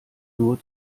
nur